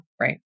right